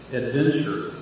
adventure